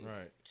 Right